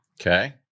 Okay